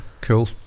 Cool